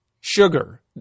sugar